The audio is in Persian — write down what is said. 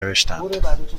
نوشتند